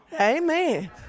amen